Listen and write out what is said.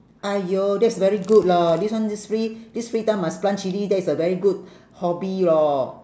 !aiyo! that's very good lor this one this free this free time must plant chilli that is a very good hobby lor